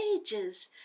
ages